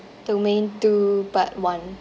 domain two part one